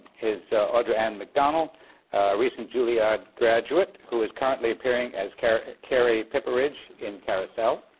is audra ann mcdonald, a recent juilliard graduate, who is currently appearing as carrie carrie pipperidge in carousel.